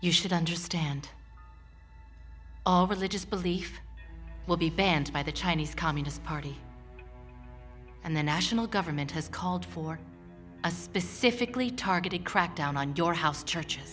you should understand all over the just belief will be banned by the chinese communist party and the national government has called for a specifically targeted crackdown on your house churches